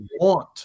want